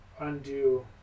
undo